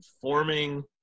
forming